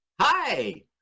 Hi